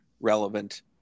relevant